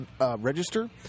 register